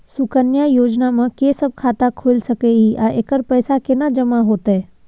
सुकन्या योजना म के सब खाता खोइल सके इ आ एकर पैसा केना जमा होतै?